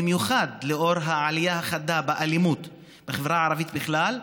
במיוחד לנוכח העלייה החדה באלימות בחברה הערבית בכלל,